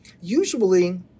Usually